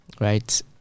right